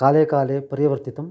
काले काले परिवर्तितम्